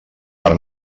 per